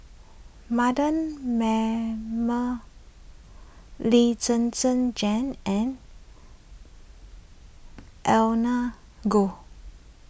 Mardan Mamat Lee Zhen Zhen Jane and Ernest Goh